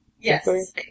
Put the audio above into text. Yes